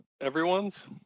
everyone's